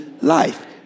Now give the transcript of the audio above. life